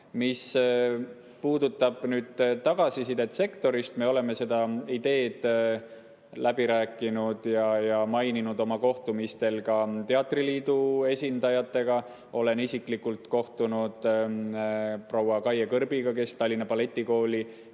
Mis puudutab tagasisidet sektorist, siis me oleme seda ideed läbi rääkinud ja maininud seda ka oma kohtumistel teatriliidu esindajatega. Olen isiklikult kohtunud proua Kaie Kõrbiga, kes juhatab Tallinna Balletikooli